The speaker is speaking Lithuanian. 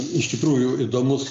iš tikrųjų įdomus